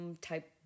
type